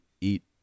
eat